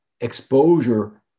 exposure